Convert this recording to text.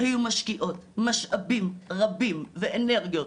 היו משקיעות משאבים רבים ואנרגיות,